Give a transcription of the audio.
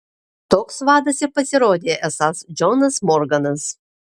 toks vadas ir pasirodė esąs džonas morganas